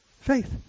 faith